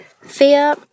fear